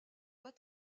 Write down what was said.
pas